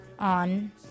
On